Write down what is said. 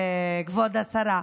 כבוד השרה,